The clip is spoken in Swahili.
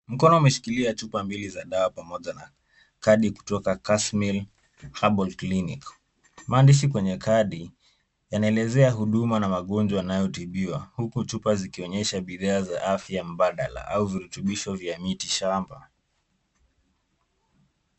Mkono umeshikilia chupa mbili za dawa pamoja na kadi kutoka Kasmil Herbal Clinic. Maandishi kwenye kadi yanaelezea huduma na magonjwa yanayotibiwa huku chupa zikionyesha bidhaa za afya mbadala au virutubisho vya miti shamba.